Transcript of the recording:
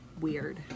weird